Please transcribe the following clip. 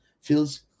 feels